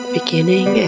beginning